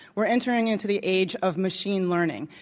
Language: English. we're entering into the age of machine learning.